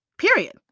Period